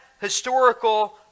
historical